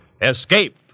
Escape